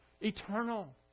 eternal